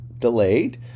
delayed